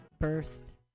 first